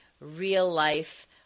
real-life